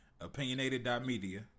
opinionated.media